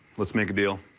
let's make a deal.